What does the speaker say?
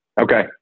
Okay